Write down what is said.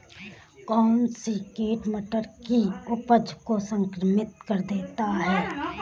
कौन सा कीट मटर की उपज को संक्रमित कर देता है?